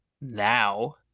now